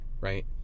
right